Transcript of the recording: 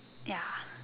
ya